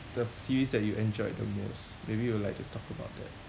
the series that you enjoyed the most maybe you would like to talk about that